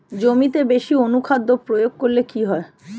জমিতে বেশি অনুখাদ্য প্রয়োগ করলে কি হয়?